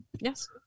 Yes